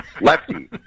Lefty